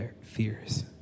fears